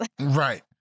right